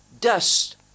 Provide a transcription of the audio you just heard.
dust